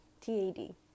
T-A-D